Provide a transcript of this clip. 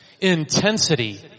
intensity